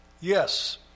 Yes